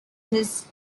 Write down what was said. his